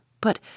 but